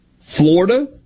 Florida